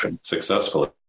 successfully